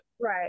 right